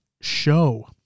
show